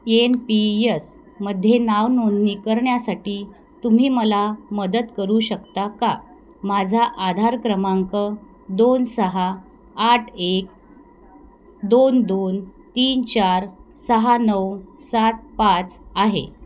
येन P S मध्ये नावनोंदणी करण्यासाठी तुम्ही मला मदत करू शकता का माझा आधार क्रमांक दोन सहा आठ एक दोन दोन तीन चार सहा नऊ सात पाच आहे